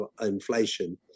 inflation